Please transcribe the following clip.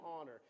honor